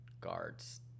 guards